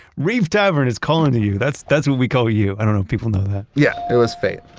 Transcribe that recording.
reef tavern is calling to you! that's that's what we call you, i don't know if people know that yeah. it was fate.